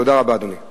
תודה רבה, אדוני.